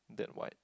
that wide